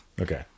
Okay